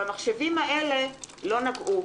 במחשבים האלה לא נגעו.